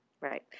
Right